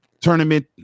tournament